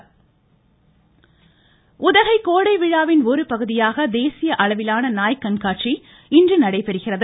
நாய் கண்காட்சி உதகை கோடை விழாவின் ஒரு பகுதியாக தேசிய அளவிலான நாய் கண்காட்சி இன்று நடைபெறுகிறது